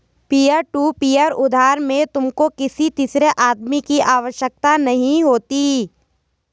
peer to peer उधार में तुमको किसी तीसरे आदमी की आवश्यकता नहीं होती